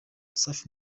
safi